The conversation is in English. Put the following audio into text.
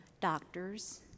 doctors